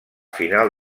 final